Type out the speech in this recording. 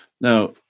Now